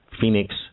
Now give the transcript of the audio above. phoenix